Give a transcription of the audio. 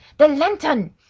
the lantern!